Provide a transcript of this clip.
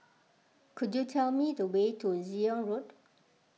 could you tell me the way to Zion Road